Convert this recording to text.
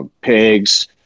pigs